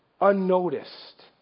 unnoticed